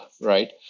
right